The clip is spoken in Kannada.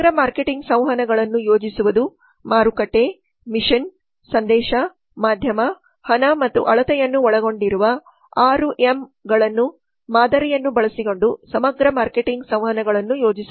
ಸಮಗ್ರ ಮಾರ್ಕೆಟಿಂಗ್ ಸಂವಹನಗಳನ್ನು ಯೋಜಿಸುವುದು ಮಾರುಕಟ್ಟೆ ಮಿಷನ್ ಸಂದೇಶ ಮಾಧ್ಯಮ ಹಣ ಮತ್ತು ಅಳತೆಯನ್ನು ಒಳಗೊಂಡಿರುವ 6ಎಂ's ಮಾದರಿಯನ್ನು ಬಳಸಿಕೊಂಡು ಸಮಗ್ರ ಮಾರ್ಕೆಟಿಂಗ್ ಸಂವಹನಗಳನ್ನು ಯೋಜಿಸಬಹುದು